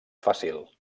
fàcil